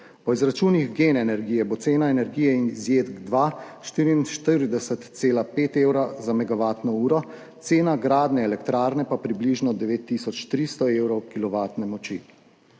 Po izračunih GEN energije bo cena energije iz JEK2 44,5 evra za megavatno uro, cena gradnje elektrarne pa približno 9 tisoč 300 evrov kilovatne moči.